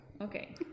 Okay